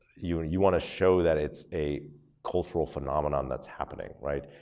you and you wanna show that it's a cultural phenomenon that's happening, right.